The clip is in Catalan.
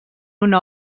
una